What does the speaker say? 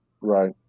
Right